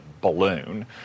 balloon